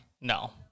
No